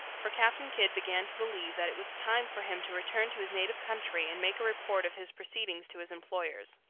for captain kidd began to believe that it was time for him to return to his native country and make a report of his proceedings to his employers.